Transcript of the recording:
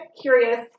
Curious